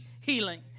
healing